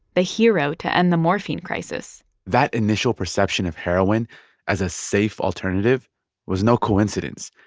the hero to end the morphine crisis that initial perception of heroin as a safe alternative was no coincidence.